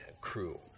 crew